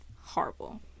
horrible